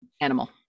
animal